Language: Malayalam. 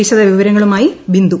വിശദവിവരങ്ങളുമായി ബിന്ദു